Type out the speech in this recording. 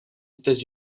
états